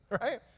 right